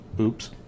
oops